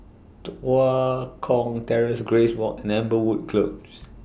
Tua Kong Terrace Grace Walk and Amberwood Close